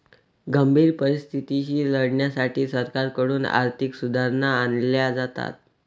गंभीर परिस्थितीशी लढण्यासाठी सरकारकडून आर्थिक सुधारणा आणल्या जातात